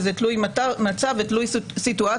וזה תלוי מצב ותלוי סיטואציה.